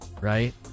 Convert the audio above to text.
right